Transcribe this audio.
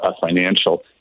financial